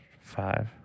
five